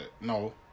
No